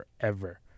forever